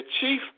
chief